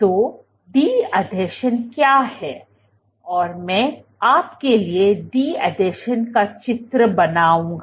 तो डी आसंजन क्या है और मैं आपके लिए डी आसंजन का चित्र बनाऊंगा